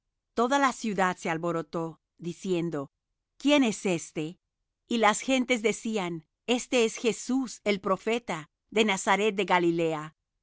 toda la ciudad se alborotó diciendo quién es éste y las gentes decían este es jesús el profeta de nazaret de galilea